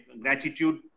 gratitude